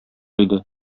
иде